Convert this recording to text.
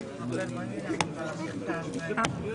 ננעלה